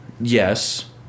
Yes